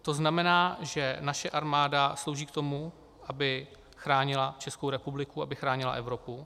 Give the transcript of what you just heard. To znamená, že naše armáda slouží k tomu, aby chránila Českou republiku, aby chránila Evropu.